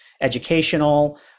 educational